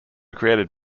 created